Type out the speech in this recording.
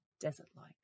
desert-like